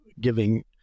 giving